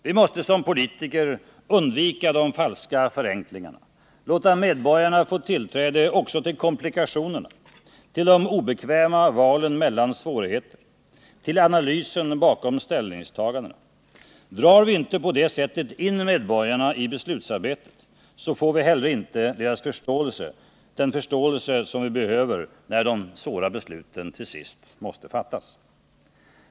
Vi måste som politiker undvika de falska förenklingarna, låta medborgarna få tillträde också till komplikationerna, till de obekväma valen mellan svårigheter, till analysen bakom ställningstagandena. Drar vi inte på det sättet in medborgarna i beslutsarbetet, så får vi heller inte den förståelse som vi behöver när de svåra besluten till sist måste fattas.